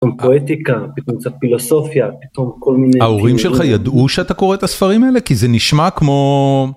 פואטיקה, קצת פילוסופיה, כל מיני... ההורים שלך ידעו שאתה קורא את הספרים האלה כי זה נשמע כמו.